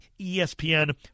ESPN